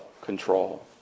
Control